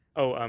oh,